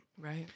Right